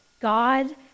god